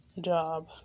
job